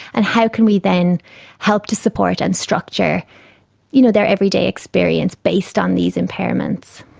and how can we then help to support and structure you know their everyday experience based on these impairments.